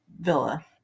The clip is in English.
Villa